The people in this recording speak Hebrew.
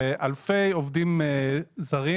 ועשרות אלפי עובדים זרים